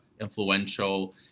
influential